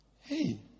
Hey